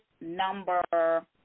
number